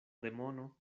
demono